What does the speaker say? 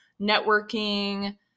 networking